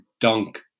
dunk